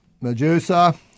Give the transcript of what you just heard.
Medusa